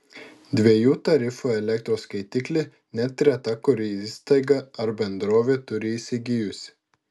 dviejų tarifų elektros skaitiklį net reta kuri įstaiga ar bendrovė turi įsigijusi